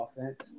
offense